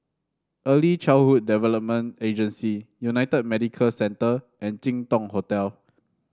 Early Childhood Development Agency United Medicare Centre and Jin Dong Hotel